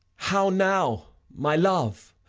how now, my love!